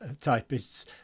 typists